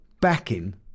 backing